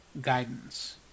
guidance